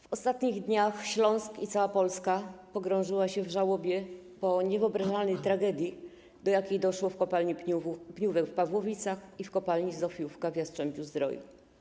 W ostatnich dniach Śląsk i cała Polska pogrążyły się w żałobie po niewyobrażalnej tragedii, do jakiej doszło w kopalni Pniówek w Pawłowicach i w kopalni Zofiówka w Jastrzębiu-Zdroju.